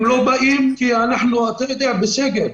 הם לא באים כי אנחנו בסגר.